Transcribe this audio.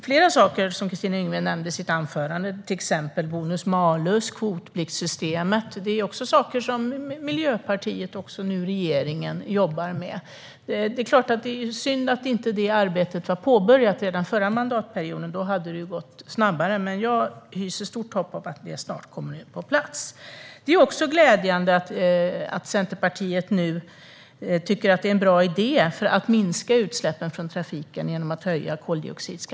Flera saker som Kristina Yngwe nämnde i sitt anförande, till exempel bonus-malus och kvotpliktssystemet, är saker som också Miljöpartiet och nu regeringen jobbar med. Det är synd att detta arbete inte påbörjades redan under förra mandatperioden, för då hade det gått snabbare. Men jag hyser stort hopp om att det snart kommer på plats. Det är också glädjande att Centerpartiet tycker att det är en bra idé att höja koldioxidskatten för att minska utsläppen från trafiken.